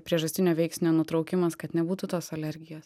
priežastinio veiksnio nutraukimas kad nebūtų tos alergijos